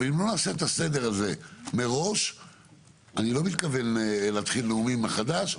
אבל אם לא נעשה את הסדר הזה מראש אני לא מתכוון להתחיל נאומים מחדש,